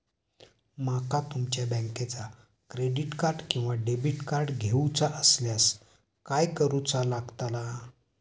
माका तुमच्या बँकेचा क्रेडिट कार्ड किंवा डेबिट कार्ड घेऊचा असल्यास काय करूचा लागताला?